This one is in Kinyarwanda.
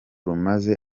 rumaze